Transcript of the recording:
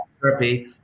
therapy